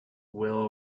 will